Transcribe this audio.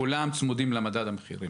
כולם צמודים למדד המחירים,